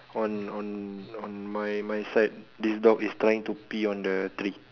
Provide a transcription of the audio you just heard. on on on my my side this dog is trying to pee on the tree